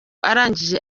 arangije